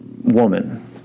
woman